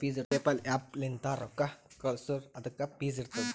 PayPal app ಲಿಂತ್ ರೊಕ್ಕಾ ಕಳ್ಸುರ್ ಅದುಕ್ಕ ಫೀಸ್ ಇರ್ತುದ್